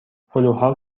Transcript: هلوها